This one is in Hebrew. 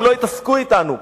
הם לא יתעסקו אתנו.